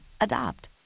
Adopt